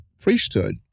priesthood